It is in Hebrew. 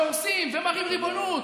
והורסים ומראים ריבונות.